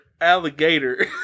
alligator